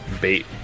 bait